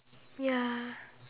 ya